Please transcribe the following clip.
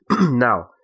Now